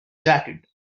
jacket